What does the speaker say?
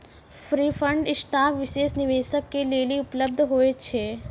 preferred stock विशेष निवेशक के लेली उपलब्ध होय छै